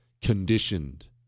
conditioned